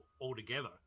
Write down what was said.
altogether